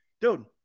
Dude